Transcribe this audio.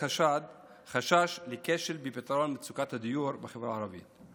חשש לכשל בפתרון מצוקת הדיור בחברה הערבית,